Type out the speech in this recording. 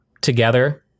together